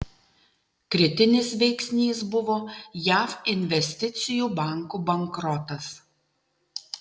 kritinis veiksnys buvo jav investicijų banko bankrotas